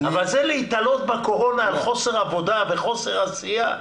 אבל להיתלות בקורונה על חוסר עבודה וחוסר עשייה,